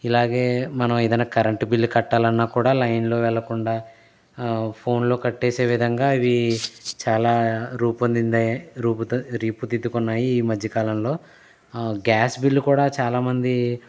ఇలాగే మనం ఎదన్న కరెంట్ బిల్లు కట్టాలన్నా కూడా లైన్ లో వెళ్ళకుండా ఫోన్ లో కట్టేసే విధంగా ఇవి చాలా రూపొందిందాయి రూపు రూపుదిద్దుకున్నాయి ఈ మధ్యకాలంలో గ్యాస్ బిల్లు కూడా చాలా మంది